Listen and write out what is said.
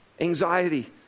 anxiety